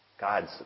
God's